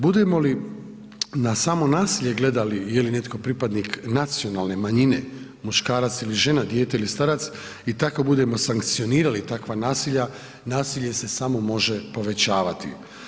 Budemo li na samo nasilje gledali je li netko pripadnik nacionalne manjine, muškarac ili žena, dijete ili starac i tako budemo sankcionirali takva nasilja, nasilje se samo može povećavati.